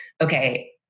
okay